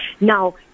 Now